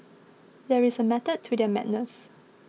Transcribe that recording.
there is a method to their madness